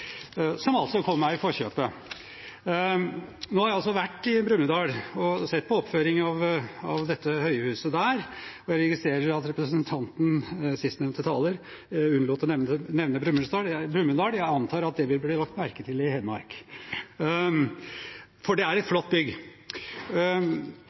som altså kom meg i forkjøpet. Jeg har nå vært i Brumunddal og sett på oppføringen av høyhuset der. Jeg registrerer at sistnevnte taler unnlot å nevne Brumunddal. Jeg antar at det vil bli lagt merke til i Hedmark, for det er et